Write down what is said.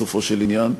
בסופו של עניין,